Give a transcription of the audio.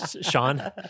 Sean